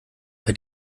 bei